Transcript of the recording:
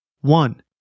One